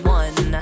one